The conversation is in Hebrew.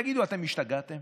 תגידו, אתם השתגעתם?